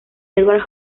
edward